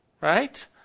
right